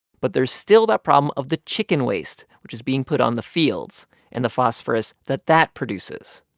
but there's still that problem of the chicken waste which is being put on the fields and the phosphorus that that produces.